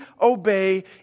obey